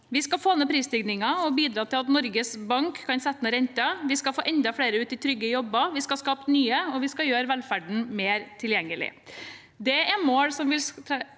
Vi skal få ned prisstigningen og bidra til at Norges Bank kan sette ned renten. Vi skal få enda flere ut i trygge jobber, vi skal skape nye, og vi skal gjøre velferden mer tilgjengelig.